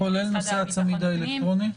כולל נושא הצמיד האלקטרוני?